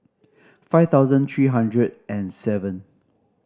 five thousand three hundred and seven